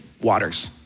Waters